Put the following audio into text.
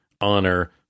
honor